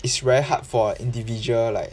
it's very hard for a individual like